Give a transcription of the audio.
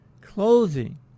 clothing